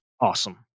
Awesome